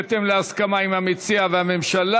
בהתאם להסכמה עם המציע ועם הממשלה,